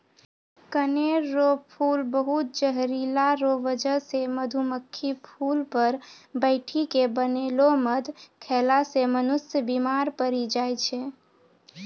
कनेर रो फूल बहुत जहरीला रो बजह से मधुमक्खी फूल पर बैठी के बनैलो मध खेला से मनुष्य बिमार पड़ी जाय छै